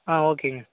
ஆ ஓகேங்க